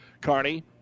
Carney